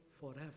forever